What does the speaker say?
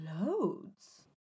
loads